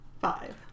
Five